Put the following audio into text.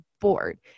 bored